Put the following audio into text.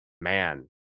man